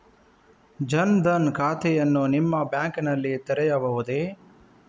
ಜನ ದನ್ ಖಾತೆಯನ್ನು ನಿಮ್ಮ ಬ್ಯಾಂಕ್ ನಲ್ಲಿ ತೆರೆಯಬಹುದೇ?